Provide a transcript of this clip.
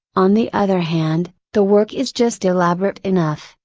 on the other hand, the work is just elaborate enough,